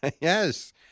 Yes